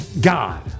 God